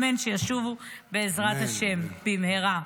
אמן, אמן, שישובו במהרה, בעזרת השם.